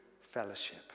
fellowship